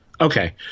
Okay